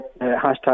hashtag